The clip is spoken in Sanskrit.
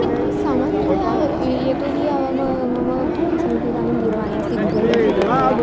किन्तु सामान्यतया यतो हि आवां मम समीपे इदानीं दूरवाणी अस्ति गूगल् मध्ये गत्वा